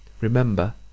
Remember